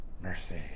Mercy